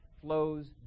flows